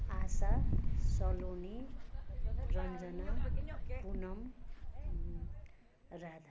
Asha Saloni Ranjana Poonam Radha